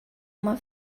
uma